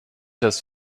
das